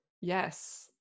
yes